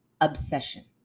obsession